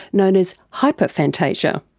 known as hyperphantasia.